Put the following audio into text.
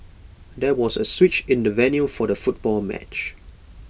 there was A switch in the venue for the football match